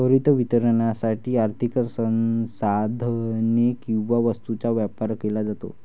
त्वरित वितरणासाठी आर्थिक संसाधने किंवा वस्तूंचा व्यापार केला जातो